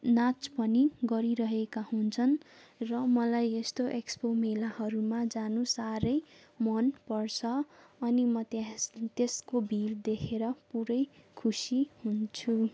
नाच पनि गरिरहेका हुन्छन् र मलाई यस्तो एक्सपो मेलाहरूमा जानु साह्रै मन पर्छ अनि म त्यहाँ त्यसको भिड देखेर पुरा खुसी हुन्छु